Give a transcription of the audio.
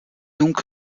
donc